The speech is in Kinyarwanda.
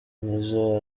nizzo